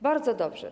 Bardzo dobrze.